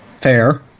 fair